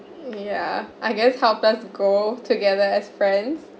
ya I guess help us to go together as friends